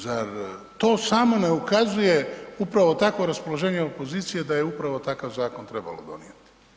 Zar to samo ne ukazuje, upravo takvo raspoloženje opozicije da je upravo takav zakon trebalo donijeti?